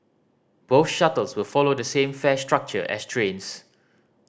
both shuttles will follow the same fare structure as trains